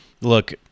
look